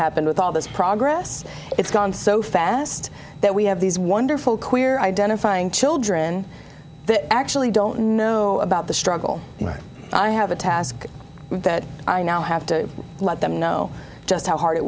happened with all this progress it's gone so fast that we have these wonderful queer identifying children that actually don't know about the struggle and i have a task that i now have to let them know just how hard it